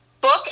book